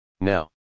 Now